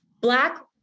Black